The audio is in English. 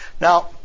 Now